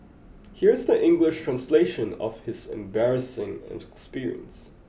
here is the English translation of his embarrassing experience